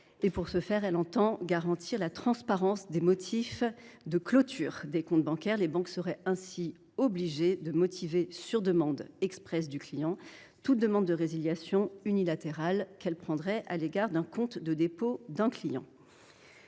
À cette fin, elle entend garantir la transparence des motifs de clôture de comptes bancaires. Les banques seraient ainsi tenues de motiver, sur demande expresse du client, toute décision de résiliation unilatérale qu’elles prendraient à l’égard du compte de dépôt d’un client.